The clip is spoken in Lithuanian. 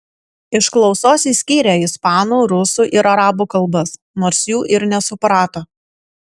iš klausos jis skyrė ispanų rusų ir arabų kalbas nors jų ir nesuprato